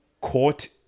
court